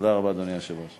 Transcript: תודה רבה, אדוני היושב-ראש.